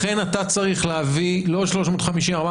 לכן אתה צריך להביא לא 350 או 400,